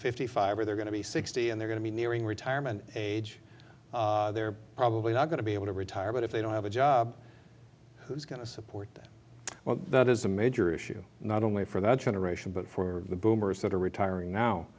fifty five or they're going to be sixty and they're going to be nearing retirement age they're probably not going to be able to retire but if they don't have a job who's going to support that well that is a major issue not only for that generation but for the boomers that are retiring now